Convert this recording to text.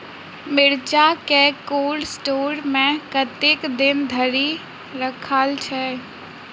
मिर्चा केँ cold store मे कतेक दिन धरि राखल छैय?